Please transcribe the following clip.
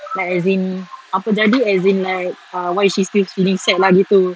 like as in apa jadi as in like uh why is she still feeling sad lah gitu